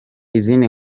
izindi